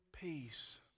peace